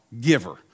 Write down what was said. giver